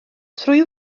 trwy